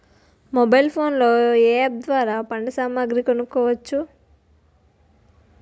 Mobile phone లో ఏ app ద్వారా పంట సామాగ్రి కొనచ్చు?